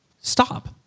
Stop